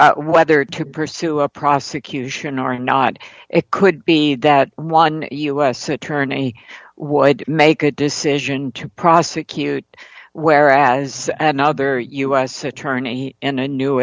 happen whether to pursue a prosecution or not it could be that one u s attorney would make a decision to prosecute whereas another u s attorney in a new